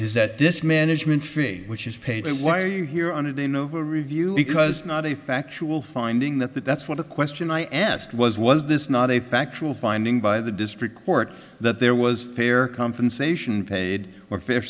is that this management fee which is paid why are you here on it in a review because not a factual finding that that that's what the question i asked was was this not a factual finding by the district court that there was fair compensation paid or